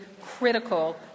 critical